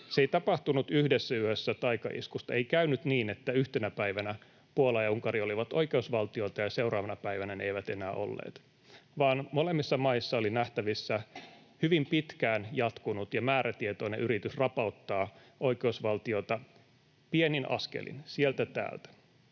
Se ei tapahtunut yhdessä yössä taikaiskusta. Ei käynyt niin, että yhtenä päivänä Puola ja Unkari olivat oikeusvaltioita ja seuraavana päivänä ne eivät enää olleet, vaan molemmissa maissa oli nähtävissä hyvin pitkään jatkunut ja määrätietoinen yritys rapauttaa oikeusvaltiota pienin askelin, sieltä täältä.